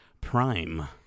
prime